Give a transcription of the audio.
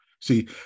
see